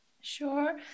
sure